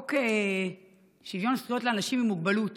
בחוק שוויון זכויות לאנשים עם מוגבלות